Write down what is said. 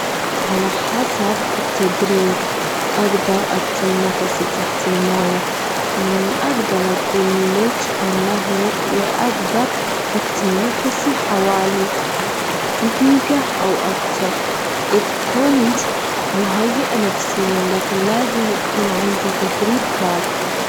على حسب التدريب أجدر أكتم نفسي تحت الموية، أجدر أجولتش أنها- اجدر أكتم نفسي حوالي دجيجة أو أكتر إذ كنت مهيأة نفسيًا، لكن لازم يكون عندي تدريب كافي.